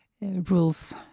rules